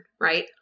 right